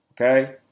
okay